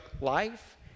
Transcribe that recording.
life